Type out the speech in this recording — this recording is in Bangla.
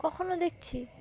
কখনও দেখছি